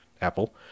Apple